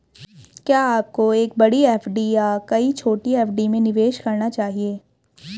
क्या आपको एक बड़ी एफ.डी या कई छोटी एफ.डी में निवेश करना चाहिए?